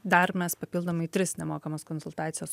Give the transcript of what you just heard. dar mes papildomai tris nemokamas konsultacijas